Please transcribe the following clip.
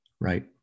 right